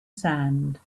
sand